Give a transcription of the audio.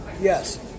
Yes